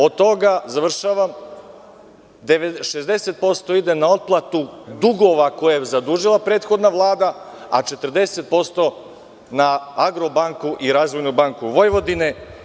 Od toga 60% ide na otplatu dugova koji je zadužila prethodna Vlada, a 40% na „Agrobanku“ i Razvojnu banku Vojvodine.